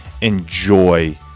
enjoy